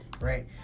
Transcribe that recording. Right